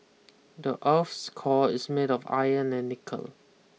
the earth's core is made of iron and nickel